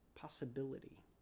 possibility